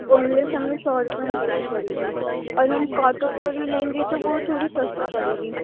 bone لیس ہمیں سو روپے مہنگی پڑے گی اور ہم کانٹوں والی لیں گے تو وہ تھوڑی سستی پڑے گی